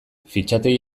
fitxategi